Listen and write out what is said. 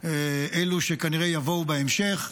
אלו שכנראה יבואו בהמשך,